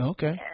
Okay